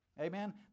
Amen